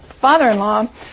father-in-law